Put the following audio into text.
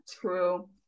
true